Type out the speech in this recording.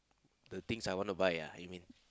the things I want to buy ah you mean